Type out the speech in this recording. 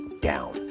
down